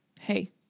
hey